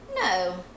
No